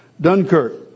Dunkirk